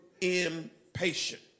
impatient